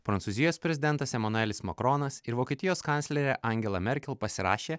prancūzijos prezidentas emanuelis makronas ir vokietijos kanclerė angela merkel pasirašė